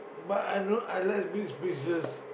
but I know I like big spaces